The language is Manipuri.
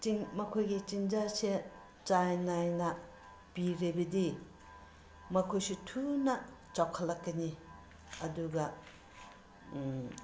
ꯃꯈꯣꯏꯒꯤ ꯆꯤꯟꯖꯥꯛꯁꯦ ꯆꯥꯡ ꯅꯥꯏꯅ ꯄꯤꯔꯕꯗꯤ ꯃꯈꯣꯏꯁꯨ ꯊꯨꯅ ꯆꯥꯎꯈꯠꯂꯛꯀꯅꯤ ꯑꯗꯨꯒ